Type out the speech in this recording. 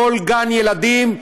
בכל גן ילדים,